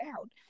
out